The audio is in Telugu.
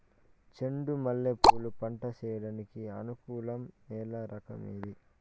చెండు మల్లె పూలు పంట సేయడానికి అనుకూలం నేల రకం ఏది